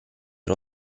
era